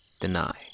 deny